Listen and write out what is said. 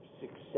success